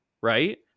right